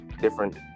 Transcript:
different